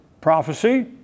Prophecy